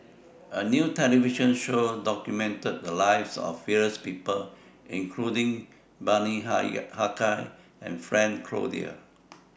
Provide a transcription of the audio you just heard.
A New television Show documented The Lives of various People including Bani Haykal and Frank Cloutier